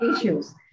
issues